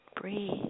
Breathe